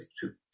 two